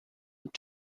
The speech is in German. und